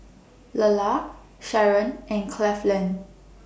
Lelar Sharron and Cleveland